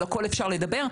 על הכל אפשר לדבר.